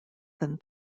than